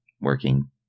Working